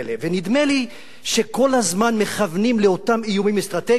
נדמה לי שכל הזמן מכוונים לאותם איומים אסטרטגיים,